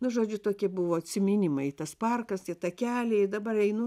nu žodžiu tokie buvo atsiminimai tas parkas takeliai dabar einu